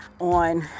on